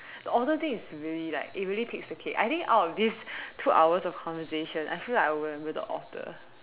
the author thing is really like it really takes the cake I think out of these two hours of conversation I feel like I would have went with the author